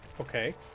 Okay